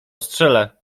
strzelę